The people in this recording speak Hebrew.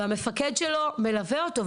והמפקד שלו מלווה אותו,